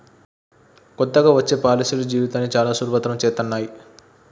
కొత్తగా వచ్చే పాలసీలు జీవితాన్ని చానా సులభతరం చేత్తన్నయి